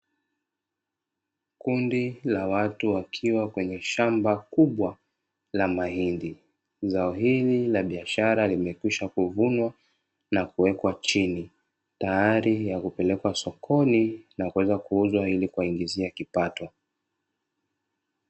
Kundi la watu wakiwa kwenye shamba kubwa la mahindi, zao hili la biashara limekwisha kuvunwa na kuwekwa chini, tayari ya kupelekwa sokoni na kuweza kuuzwa ili kuwaingizia kipato .